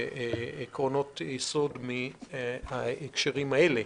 ועקרונות יסוד מההקשרים האלה.